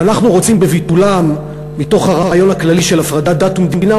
ואנחנו רוצים בביטולם מתוך הרעיון הכללי של הפרדת דת ממדינה,